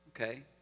Okay